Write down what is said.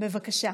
בבקשה.